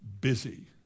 busy